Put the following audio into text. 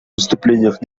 выступлениях